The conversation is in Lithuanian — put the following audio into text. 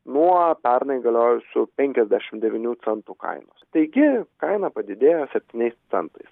nuo pernai galiojusių penkiasdešimt devynių centų kainos taigi kaina padidėjo septyniais centais